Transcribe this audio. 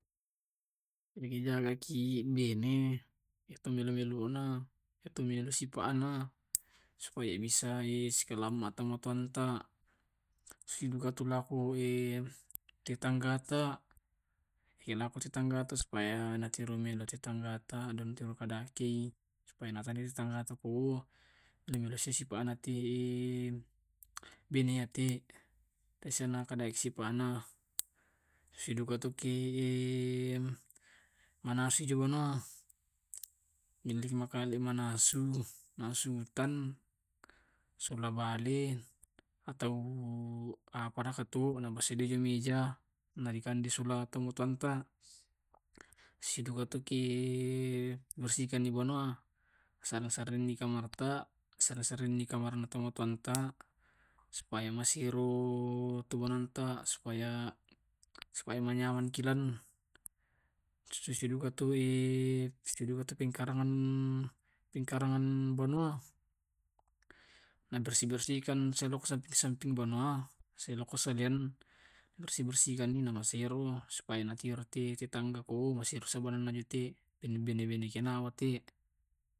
Ahlakna tu bene, pada tu perlakuanna pada ditomatoanna mapalluki syarat perlakuanna. Laku tomatuanna tena engka ruaki tena pato perlakuanna lao tomatoanna lako masyarakat-masyarakat mabello syarat ka. Iyato tae la mampu najama-jama kegiatan to banua. Najori to mamma najama kegiatan kegiatanna pada banua ana susi manasu, paccingi banua, paccingi pakarangan banua. Iyate mannasui supaya napakandeki. Na dipaccingi rumah na banua dona disambu tumae apa dona marema, sarringi pakarangan rumah iyateato natatale tumai daung diolo banua.